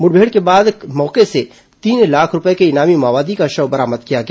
मुठभेड़ के बाद कल मौके से तीन लाख रूपये के इनामी माओवादी का शव बरामद किया गया